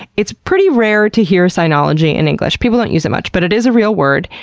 it's pretty rare to hear cynology in english. people don't use it much, but it is a real word.